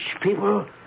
people